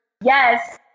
yes